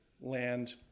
land